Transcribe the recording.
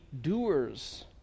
doers